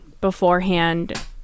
beforehand